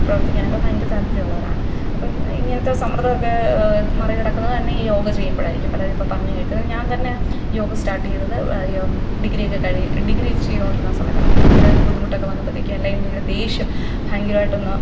പ്രവർത്തിക്കാനൊക്കെ ഭയങ്കര താല്പര്യമുള്ളവരാണ് അപ്പോള് ഇങ്ങനത്തെ സമ്മര്ദ്ദമൊക്കെ മറികടക്കുന്നതു തന്നെ ഈ യോഗ ചെയ്യുമ്പോഴായിരിക്കും പലരും ഇപ്പോള് പറഞ്ഞുകേള്ക്കുന്നത് ഞാന് തന്നെ യോഗ സ്റ്റാർട്ടെയ്തത് ഡിഗ്രി ചെയ്തുകൊണ്ടിരുന്ന സമയത്താണ് ഭയങ്കര ഒരു ബുദ്ധിമുട്ടൊക്കെ വന്നപ്പോഴത്തേക്ക് എല്ലാം ഇല്ല ദേഷ്യം ഭയങ്കരമായിട്ടൊന്ന്